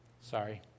sorry